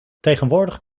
tegenwoordig